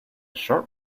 sharp